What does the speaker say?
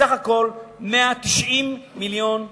בסך הכול 190 מיליון שקל.